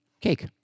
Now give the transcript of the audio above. cake